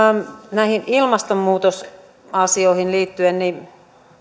näihin ilmastonmuutosasioihin liittyen